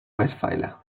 westfalia